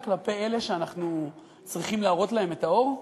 כלפי אלה שאנחנו צריכים להראות להם את האור?